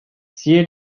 siehe